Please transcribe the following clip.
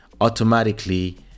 automatically